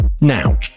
Now